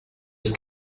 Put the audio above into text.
ich